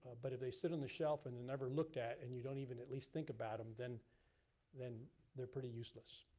but if they sit on the shelf and they're and never looked at, and you don't even at least think about em, then then they're pretty useless.